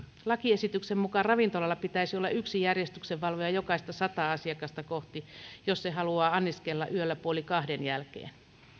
lakiesityksen mukaan ravintolalla pitäisi olla yksi järjestyksenvalvoja jokaista sataa asiakasta kohti jos se haluaa anniskella yöllä puoli kahden jälkeen